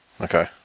Okay